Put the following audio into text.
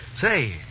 Say